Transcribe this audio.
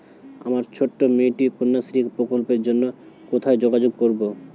আমার ছোট্ট মেয়েটির কন্যাশ্রী প্রকল্পের জন্য কোথায় যোগাযোগ করব?